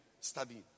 studying